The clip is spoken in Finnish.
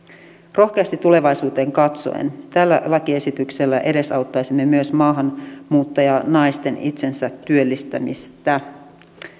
rohkeasti tulevaisuuteen katsoen tällä lakiesityksellä edesauttaisimme myös maahanmuuttajanaisten itsensätyöllistämistä